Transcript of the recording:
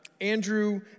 Andrew